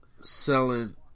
selling